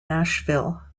nashville